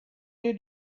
you